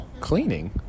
cleaning